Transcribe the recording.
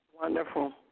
Wonderful